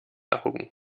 augen